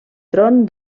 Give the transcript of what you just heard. tron